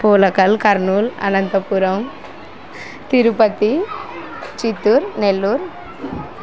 Polakal Kurnool Anantapuram Tirupati Chittoor Nellore